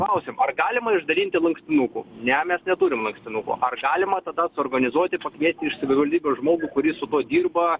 klausėm ar galima išdalinti lankstinukų ne mes neturim lankstinukų ar galima tada suorganizuoti pakviesti iš savivaldybės žmogų kuris su tuo dirba